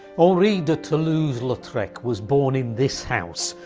henri de toulouse lautrec was born in this house,